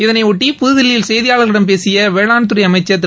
இதனையொட்டி புதுதில்லியில் செய்தியாளர்களிடம் பேசிய வேளாண்துறை அமைச்சர் திரு